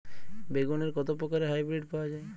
বেগুনের কত প্রকারের হাইব্রীড পাওয়া যায়?